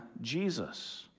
Jesus